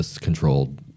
controlled